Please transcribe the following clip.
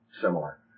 similar